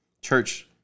church